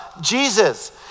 Jesus